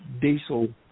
diesel